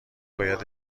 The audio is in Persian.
باید